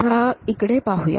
आता इकडे पाहूया